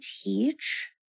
teach